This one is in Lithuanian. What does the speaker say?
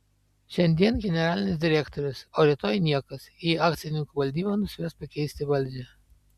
šiandien generalinis direktorius o rytoj niekas jei akcininkų valdyba nuspręs pakeisti valdžią